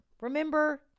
Remember